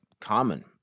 common